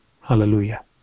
Hallelujah